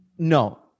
No